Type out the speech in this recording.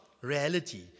reality